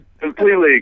completely